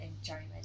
enjoyment